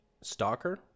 Stalker